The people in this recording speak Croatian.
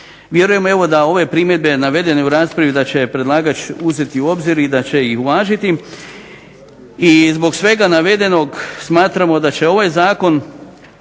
Vjerujem evo da ove primjedbe navedene u raspravi da će predlagač uzeti u obzir i da će ih uvažiti i zbog svega navedenog smatramo da će ovaj zakon